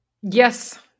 Yes